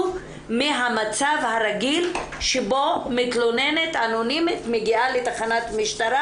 מהמצב הרגיל שבו מתלוננת אנונימית מגיעה לתחנת משטרה,